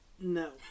No